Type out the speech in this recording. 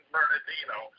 Bernardino